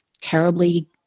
terribly